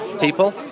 people